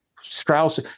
Strauss